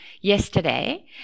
yesterday